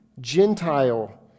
Gentile